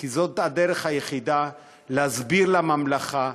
כי זאת הדרך היחידה להסביר לממלכה,